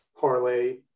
parlay